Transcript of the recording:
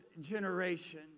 generation